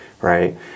right